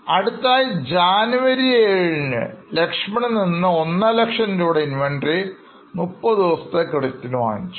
അടുത്തതായി ജനുവരി 7 Laxman നിന്ന് 150000 രൂപയുടെ Inventory 30 ദിവസത്തെ ക്രെഡിറ്റിൽ വാങ്ങി